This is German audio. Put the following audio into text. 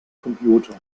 computer